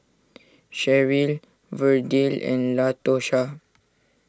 Cheryl Verdell and Latosha